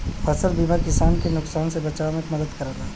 फसल बीमा किसान के नुकसान से बचाव में मदद करला